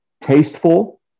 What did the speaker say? tasteful